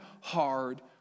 hard